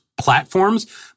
platforms